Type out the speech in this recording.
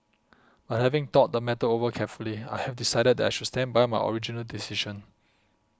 but having thought the matter over carefully I have decided that I should stand by my original decision